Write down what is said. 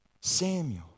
Samuel